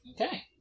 Okay